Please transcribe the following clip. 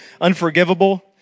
unforgivable